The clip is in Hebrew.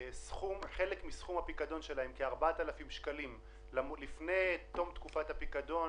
חלק מסכום הפיקדון שלהם - כ-4,000 שקלים - לפני תום תקופת הפיקדון,